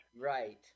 Right